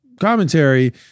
commentary